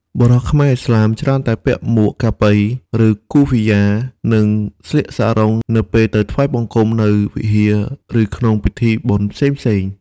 បុរសខ្មែរឥស្លាមច្រើនតែពាក់មួក "កាប៉ី" ឬ "គូហ្វ៊ីយ៉ា" និងស្លៀកសារុងនៅពេលទៅថ្វាយបង្គំនៅវិហារ ឬក្នុងពិធីបុណ្យផ្សេងៗ។